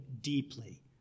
deeply